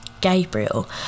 Gabriel